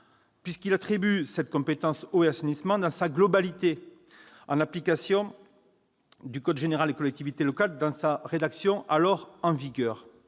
puisqu'il l'attribuait à la compétence « eau et assainissement » dans sa globalité, en application du code général des collectivités territoriales dans sa rédaction alors en vigueur.